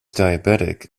diabetic